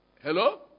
Hello